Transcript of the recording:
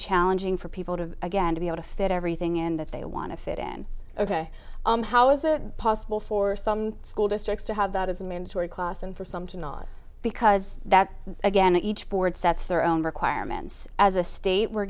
challenging for people to again to be able to fit everything in that they want to fit in ok how is the possible for some school districts to have that as a mandatory class and for some to not because that again each board sets their own requirements as a state we're